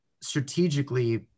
strategically